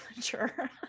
Sure